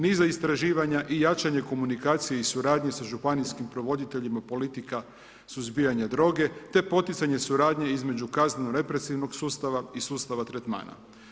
Mi za istraživanja i jačanja komunikacija i suradnje sa županijskim provoditeljima politika suzbijanja droge, te poticanje i suradnje između kaznenog represivnog sustava i sustava tretmana.